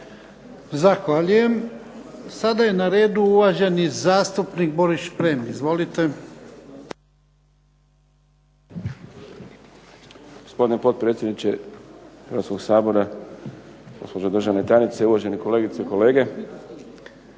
Zahvaljujem. Sada je na redu uvaženi zastupnik Boris Šprem. Izvolite.